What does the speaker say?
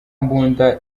mbunda